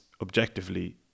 objectively